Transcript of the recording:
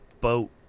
boat